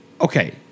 Okay